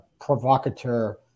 provocateur